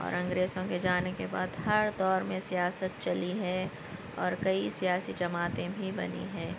اور انگریزوں کے جانے کے بعد ہر دور میں سیاست چلی ہے اور کئی سیاسی جماعتیں بھی بنی ہیں